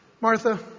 Martha